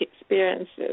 experiences